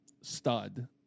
stud